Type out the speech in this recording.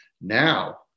Now